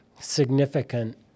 significant